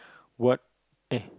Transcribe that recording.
what eh